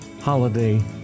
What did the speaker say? holiday